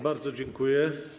Bardzo dziękuję.